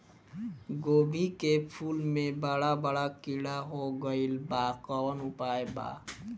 गोभी के फूल मे बड़ा बड़ा कीड़ा हो गइलबा कवन उपाय बा?